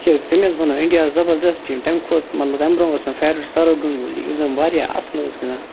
تہِ کیاز تٔمۍ حظ بَنُو اِنٛڈیا ہَس زبردست ٹیٖم تَمہِ کھۄتہٕ مَطلب تَمہ بُرونٛہہ اوس مےٚ فیورٹ سورَو گَنٛگّولی یُس زَن واریاہ اَصٕل اوس گِنٛدان